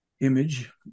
image